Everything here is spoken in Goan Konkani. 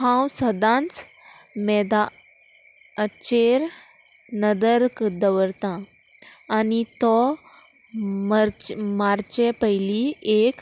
हांव सदांच मेदा चेर नदर दवरतां आनी तो मर्च मार्चे पयली एक